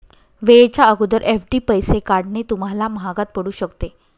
वेळेच्या अगोदर एफ.डी पैसे काढणे तुम्हाला महागात पडू शकते